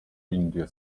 indie